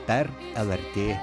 per lrt